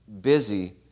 busy